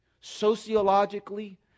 sociologically